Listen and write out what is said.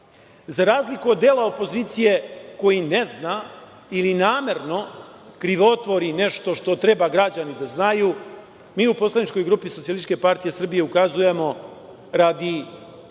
Za razliku od dela opozicije koji ne zna ili namerno krivotvori nešto što treba građani da znaju, mi u poslaničkoj grupi SPS ukazujemo radi